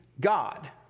God